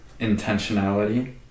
intentionality